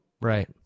Right